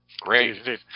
Great